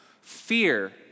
fear